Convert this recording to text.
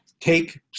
take